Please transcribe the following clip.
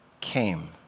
came